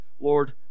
Lord